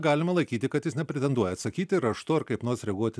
galima laikyti kad jis nepretenduoja atsakyti raštu ar kaip nors reaguoti